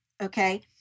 okay